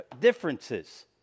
differences